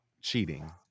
cheating